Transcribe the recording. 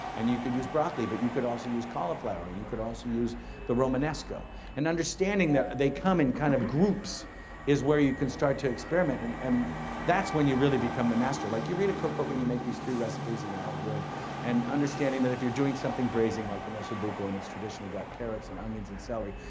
and you could use broccoli, but you could also use cauliflower or you could also use the romanesco and understanding that they come in kind of groups is where you can start to experiment and and that's when you really become the master. like, you read a cookbook and you make these three recipes and they're all good and understanding that if you're doing something braising, like an osso bucco and it's traditionally got carrots and onions and celery,